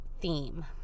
theme